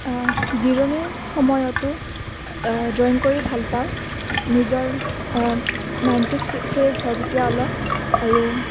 জিৰণিৰ সময়তো ড্ৰয়িং কৰি ভাল পাওঁ নিজৰ মাইনটো ফ্ৰেচ হয় তেতিয়া অলপ আৰু